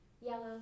yellow